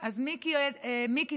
אז מיקי זוהר,